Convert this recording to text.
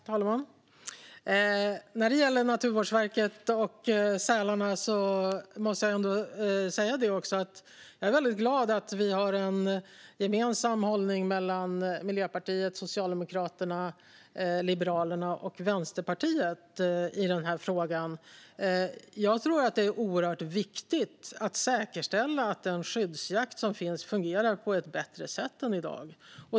Fru talman! När det gäller Naturvårdsverket och sälarna måste jag säga att jag är väldigt glad att vi har en gemensam hållning mellan Miljöpartiet, Socialdemokraterna, Liberalerna och Vänsterpartiet i den här frågan. Jag tror att det är oerhört viktigt att säkerställa att den skyddsjakt som finns fungerar på ett bättre sätt än i dag.